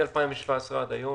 מ-2017 ועד היום,